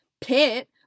pit